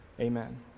Amen